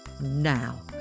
Now